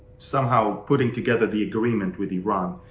somehow putting together the agreement with iran.